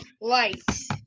Lights